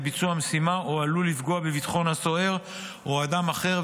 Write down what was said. ביצוע המשימה או עלול לפגוע בביטחון הסוהר או אדם אחר.